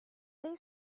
they